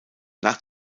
nach